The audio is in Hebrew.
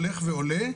הולך ועולה,